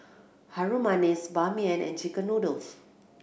Harum Manis Ban Mian and chicken noodles